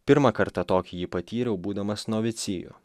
pirmą kartą tokį jį patyriau būdamas novicijų